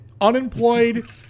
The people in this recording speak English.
unemployed